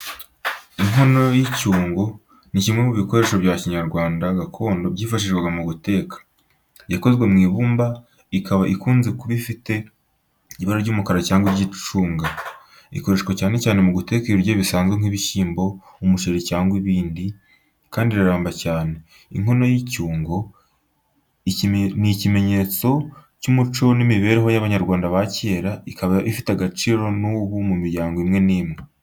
Inkono y'icyungo ni kimwe mu bikoresho bya kinyarwanda gakondo byifashishwaga mu guteka. Yakozwe mu ibumba, ikaba ikunze kuba ifite ibara ry’umukara cyangwa ry’icunga. Ikoreshwa cyane mu guteka ibiryo bisanzwe nk’ibishyimbo, umuceri cyangwa ibindi, kandi iraramba cyane. Inkono y’icyungo ni ikimenyetso cy’umuco n’imibereho y’Abanyarwanda ba kera, ikaba igifite agaciro n’ubu mu miryango imwe n’imwe.